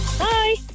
Hi